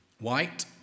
White